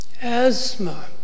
Asthma